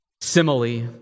simile